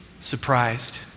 surprised